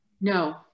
No